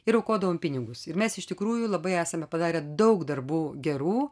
ir aukodavom pinigus ir mes iš tikrųjų labai esame padarę daug darbų gerų